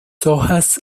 hojas